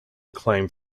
acclaim